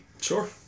Sure